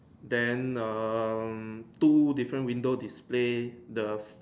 then um two different window display the